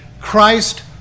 Christ